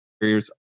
barriers